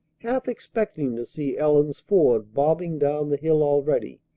half expecting to see ellen's ford bobbing down the hill already,